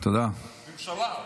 הממשלה.